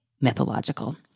mythological